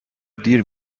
دیر